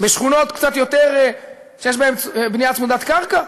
בשכונות קצת יותר, שיש בהן בנייה צמודת קרקע?